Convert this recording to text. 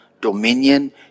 dominion